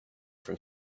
from